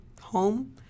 home